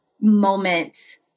moment